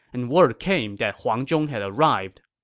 and word came that huang zhong had arrived.